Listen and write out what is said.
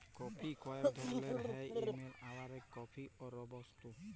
coffee কয়েক ধরলের হ্যয় যেমল আরাবিকা কফি, রবুস্তা